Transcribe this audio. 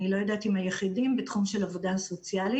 אני לא יודעת אם היחידים בתחום של עבודה סוציאלית